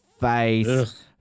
face